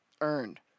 earned